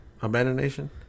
Abandonation